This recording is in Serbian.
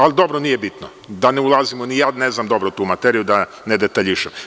Ali, dobro nije bitno, da ne ulazimo, ni ja ne znam dobro tu materiju da ne detaljišem.